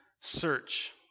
search